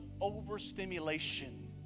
overstimulation